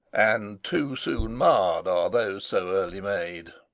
and too soon marr'd are those so early made.